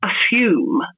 assume